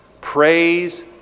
Praise